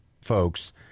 folks